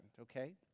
okay